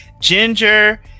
Ginger